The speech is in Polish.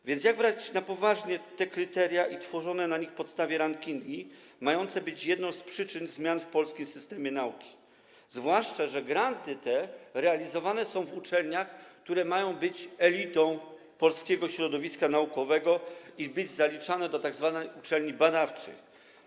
A więc jak brać na poważnie te kryteria i tworzone na ich podstawie rankingi mające być jedną z przyczyn zmian w polskim systemie nauki, zwłaszcza że granty te realizowane są w uczelniach, które mają być elitą polskiego środowiska naukowego i mają być zaliczane do tzw. uczelni badawczych?